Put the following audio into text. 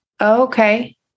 Okay